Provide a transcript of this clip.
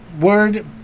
word